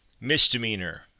Misdemeanor